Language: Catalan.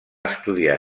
estudiar